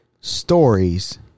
stories